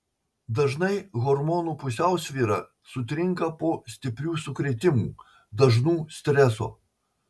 dažnai hormonų pusiausvyra sutrinka po stiprių sukrėtimų dažnų streso